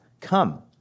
come